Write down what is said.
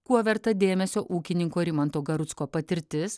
kuo verta dėmesio ūkininko rimanto garucko patirtis